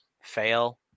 fail